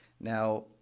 Now